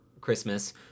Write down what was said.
Christmas